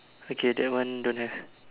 okay that one don't have